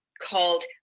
called